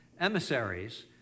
emissaries